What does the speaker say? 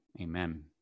Amen